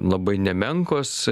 labai nemenkos